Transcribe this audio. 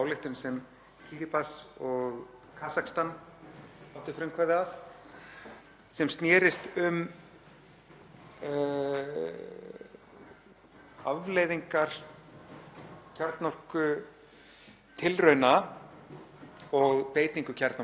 afleiðingar kjarnorkutilrauna og beitingu kjarnavopna, þar sem afleiðingar þess gegn óbreyttum borgurum voru sérstaklega dregnar fram í dagsljósið.